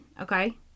Okay